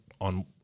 on